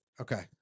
Okay